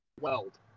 weld